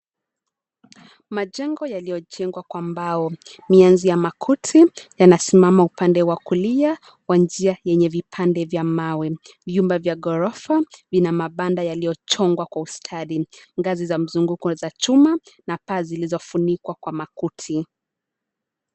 Majengo yaliyojengwa kwa mbao. Mianzi ya makuti yanasimama upande wa kulia wa njia yenye vipande vya mawe. Vyumba vya gorofa vina mabanda yaliyochongwa kwa ustadi, ngazi za mzunguko za chuma na paa zilizofunikwa kwa makuti.